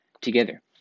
together